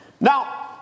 Now